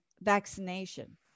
vaccination